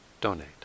donate